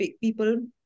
people